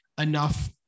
enough